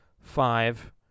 five